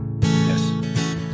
yes